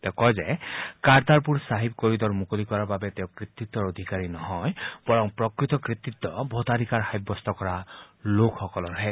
তেওঁ কয় যে কাৰ্টাৰপুৰ চাহিব কৰিডৰ মুকলি কৰাৰ বাবে তেওঁ কৃতিত্বৰ অকলে অধিকাৰী নহয় বৰং প্ৰকৃত কৃতিত্ব ভোটাধিকাৰ সাব্যস্ত কৰা লোকসকলৰহে